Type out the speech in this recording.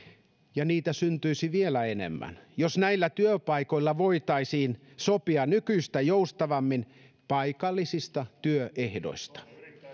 ja niitä syntyisi vielä enemmän jos näillä työpaikoilla voitaisiin sopia nykyistä joustavammin paikallisista työehdoista